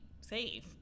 safe